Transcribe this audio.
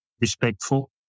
respectful